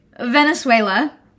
Venezuela